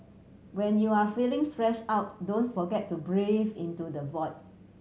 when you are feeling stress out don't forget to breathe into the void